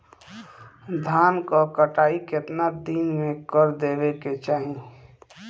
धान क कटाई केतना दिन में कर देवें कि चाही?